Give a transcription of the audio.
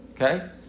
okay